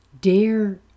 dare